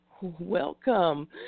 Welcome